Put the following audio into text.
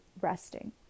resting